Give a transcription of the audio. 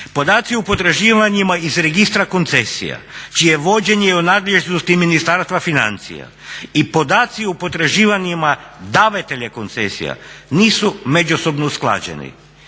podaci o potraživanjima iz Registra koncesija čije je vođenje u nadležnosti Ministarstva financija i podaci o potraživanjima davatelja koncesija nisu međusobno usklađeni.